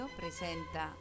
presenta